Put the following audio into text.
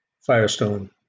Firestone